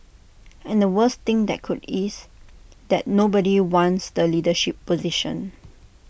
and the worst thing that could is that nobody wants the leadership position